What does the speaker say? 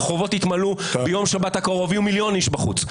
הרחובות יתמלאו בשבת הקרובה ויהיו מיליון אנשים בחוץ.